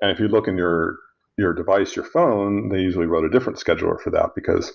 if you're looking at your device, your phone, they usually wrote a different scheduler for that because